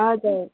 हजुर